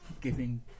giving